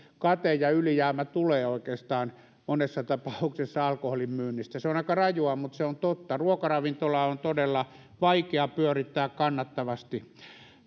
kate ja ylijäämä tulee oikeastaan monessa tapauksessa alkoholin myynnistä se on aika rajua mutta se on totta ruokaravintolaa on todella vaikea pyörittää kannattavasti